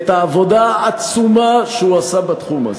את העבודה העצומה שהוא עשה בתחום הזה.